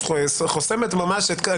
בוקר טוב.